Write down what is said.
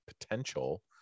potential